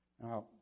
Now